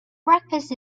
breakfast